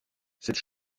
cette